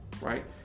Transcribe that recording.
right